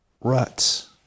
ruts